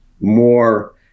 more